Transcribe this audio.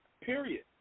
period